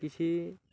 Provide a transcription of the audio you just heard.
କିଛି